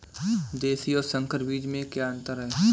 देशी और संकर बीज में क्या अंतर है?